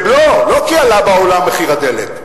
כבלוֹ, לא כי בעולם עלה מחיר הדלק.